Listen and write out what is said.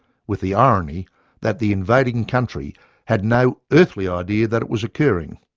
with the irony that the invading country had no earthly idea that it was occurring!